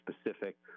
specific